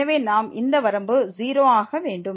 எனவே இந்த வரம்பு 0 ஆக வேண்டும்